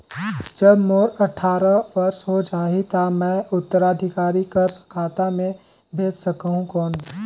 जब मोर अट्ठारह वर्ष हो जाहि ता मैं उत्तराधिकारी कर खाता मे भेज सकहुं कौन?